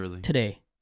today